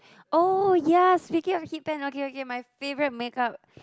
oh ya speaking of hit pan okay okay my favorite makeup